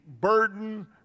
burden